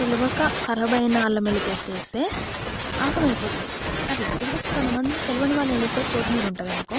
తెలియక ఖరాబ్ అయిన అల్లం వెల్లుల్లి పేస్ట్ వేస్తే ఆగమైపోతుంది అట్లా కొంతమంది తెలియని వాళ్ళు ఏం చేస్తారు అంటే కొత్తిమీర ఉంటుంది అనుకో